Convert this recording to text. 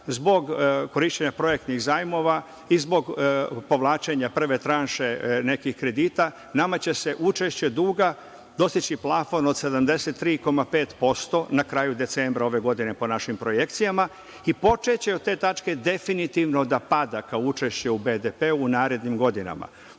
zbog korišćenja projektnih zajmova i zbog povlačenja prve tranše nekih kredita nama će učešće duga dostići plafon od 73,5% na kraju decembra ove godine, po našim projekcijama, i počeće od te tačke definitivno da pada kao učešće u BDP-u u narednim godinama.U